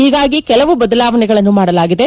ಹೀಗಾಗಿ ಕೆಲವು ಬದಲಾವಣೆಗಳನ್ನು ಮಾಡಲಾಗಿದೆ